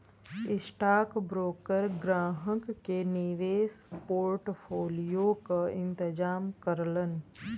stockbroker ग्राहक के निवेश पोर्टफोलियो क इंतजाम करलन